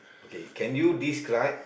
okay can you describe